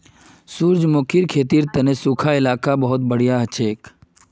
सूरजमुखीर खेतीर तने सुखा इलाका बहुत बढ़िया हछेक